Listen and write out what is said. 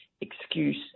excuse